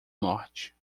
norte